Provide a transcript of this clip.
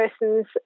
person's